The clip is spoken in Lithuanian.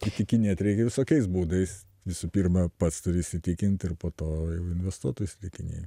įtikinėt reikia visokiais būdais visų pirma pats turi įsitikint ir po to jau investuotojus įtikinėji